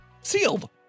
sealed